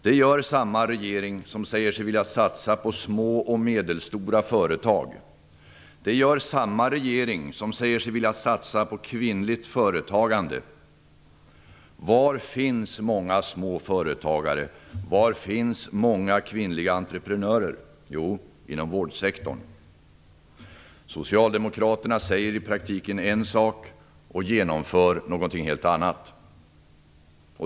Det gör samma regering som säger sig vilja satsa på små och medelstora företag. Det gör samma regering som säger sig vilja satsa på kvinnligt företagande. Var finns många små företagare? Var finns många kvinnliga entreprenörer? Jo, de finns inom vårdsektorn. Socialdemokraterna säger i praktiken en sak och genomför någonting helt annat.